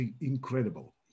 incredible